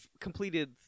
completed